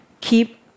keep